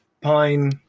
pine